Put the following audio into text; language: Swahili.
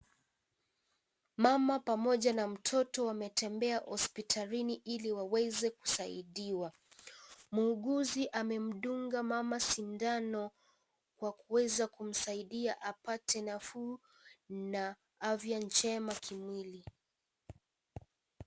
Mama pamoja na mtoto wametembea hospitalini ili waweze kusaidiwa. Muuguzi amemdunga mama sindano kwa kuweza kumsaidia apate nafuu, na afya njema kimwili.